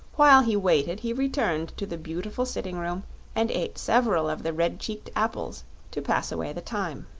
while he waited he returned to the beautiful sitting room and ate several of the red-cheeked apples to pass away the time.